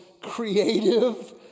creative